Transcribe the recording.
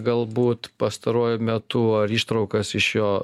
galbūt pastaruoju metu ar ištraukas iš jo